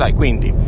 quindi